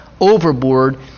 Overboard